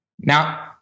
Now